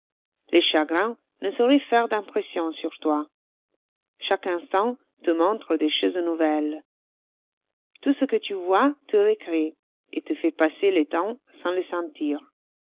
les chagrins ne sauroient faire d'impression sur toi chaque instant te montre des choses nouvelles tout ce que tu vois te récrée et te fait passer le temps sans le sentir